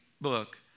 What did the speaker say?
book